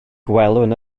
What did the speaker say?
gwelwn